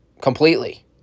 completely